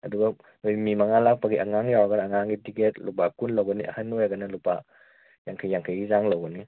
ꯑꯗꯨꯒ ꯅꯣꯏ ꯃꯤ ꯃꯉꯥ ꯂꯥꯛꯄꯒꯤ ꯑꯉꯥꯡ ꯌꯧꯔꯒꯅ ꯑꯉꯥꯡꯒꯤ ꯇꯤꯛꯀꯦꯠ ꯂꯨꯄꯥ ꯀꯨꯟ ꯂꯧꯒꯅꯤ ꯑꯍꯜ ꯑꯣꯏꯔꯒꯅ ꯂꯨꯄꯥ ꯌꯥꯡꯈꯩ ꯌꯥꯡꯈꯩꯒꯤ ꯆꯥꯡ ꯂꯧꯒꯅꯤ